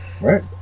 Right